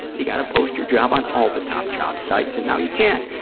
you've got to post your job on all the top job sites, and now you can.